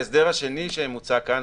ההסדר השני שמוצע כאן,